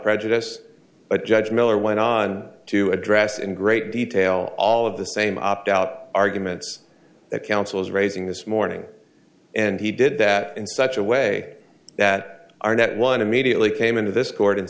prejudice a judge miller went on to address in great detail all of the same opt out arguments that counsel is raising this morning and he did that in such a way that are not one immediately came into this court and